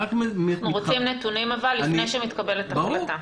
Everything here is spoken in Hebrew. אבל אנחנו רוצים נתונים לפני שמתקבלת החלטה.